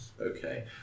Okay